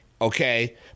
okay